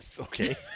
Okay